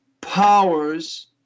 powers